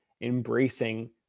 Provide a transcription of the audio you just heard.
embracing